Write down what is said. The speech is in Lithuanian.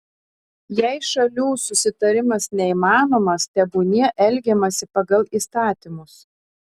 jei šalių susitarimas neįmanomas tebūnie elgiamasi pagal įstatymus